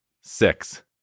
six